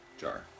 jar